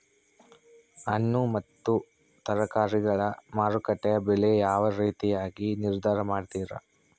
ಹಣ್ಣು ಮತ್ತು ತರಕಾರಿಗಳ ಮಾರುಕಟ್ಟೆಯ ಬೆಲೆ ಯಾವ ರೇತಿಯಾಗಿ ನಿರ್ಧಾರ ಮಾಡ್ತಿರಾ?